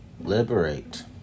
Liberate